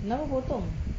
kenapa potong